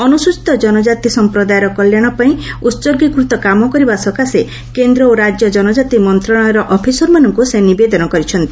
ଅନୁସ୍ରଚୀତ ଜନକାତି ସଂପ୍ରଦାୟର କଲ୍ୟାଣ ପାଇଁ ଉତ୍ଗୀକୃତ କାମ କରିବା ସକାଶେ କେନ୍ଦ୍ର ଓ ରାଜ୍ୟ ଜନଜାତି ମନ୍ତ୍ରଣାଳୟର ଅଫିସରମାନଙ୍କୁ ସେ ନିବେଦନ କରିଛନ୍ତି